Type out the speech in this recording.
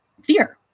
fear